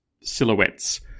silhouettes